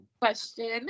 Question